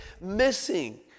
missing